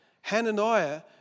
Hananiah